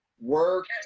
work